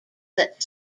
that